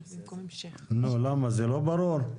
למה, זה לא ברור?